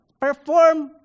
perform